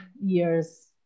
years